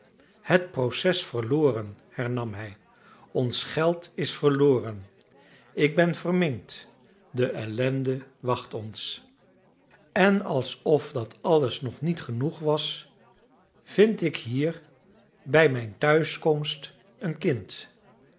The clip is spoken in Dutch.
het proces verloren hernam hij ons geld is verloren ik ben verminkt de ellende wacht ons en alsof dat alles nog niet genoeg was vind ik hier bij mijn thuiskomst een kind